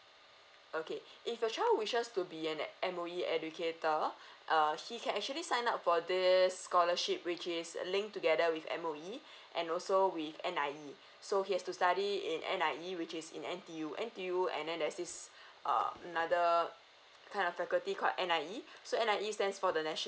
okay if your child wishes to be an M_O_E educator err she can actually sign up for this scholarship which is a linked together with M_O_E and also with N_I_E so he has to study in N_I_E which is in N_T_U N_T_U and then there's this err another kind of faculty called N_I_E so N_I_E stands for the nation